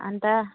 अनि त